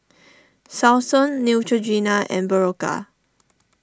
Selsun Neutrogena and Berocca